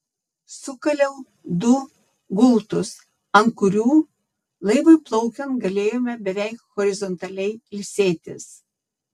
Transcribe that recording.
sukaliau du gultus ant kurių laivui plaukiant galėjome beveik horizontaliai ilsėtis